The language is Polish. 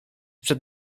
przed